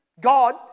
God